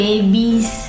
Babies